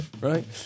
right